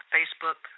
Facebook